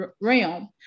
realm